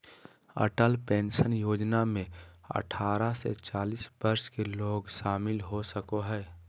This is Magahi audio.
अटल पेंशन योजना में अठारह से चालीस वर्ष के लोग शामिल हो सको हइ